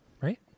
right